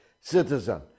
citizen